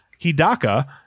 Hidaka